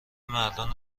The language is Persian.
مردان